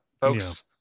folks